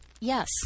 yes